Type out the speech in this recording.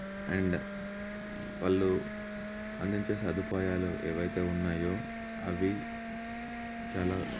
and వాళ్ళు అందించే సదుపాయాలు ఏవైతే ఉన్నాయో అవి చాలా